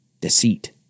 deceit